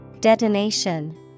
Detonation